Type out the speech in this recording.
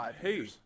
hey